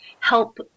help